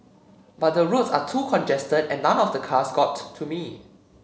but the roads are too congested and none of the cars got to me